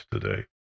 today